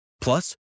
Plus